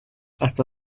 hasta